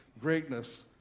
greatness